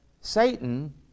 Satan